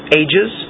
ages